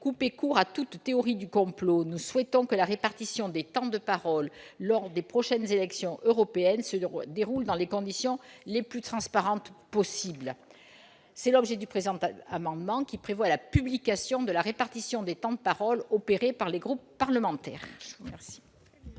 couper court à toute théorie du complot, nous souhaitons que la répartition des temps de parole lors des prochaines élections européennes se déroule dans les conditions le plus transparentes possible. Tel est l'objet du présent amendement, qui vise à ce que la répartition des temps de parole opérée par les groupes parlementaires